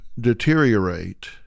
deteriorate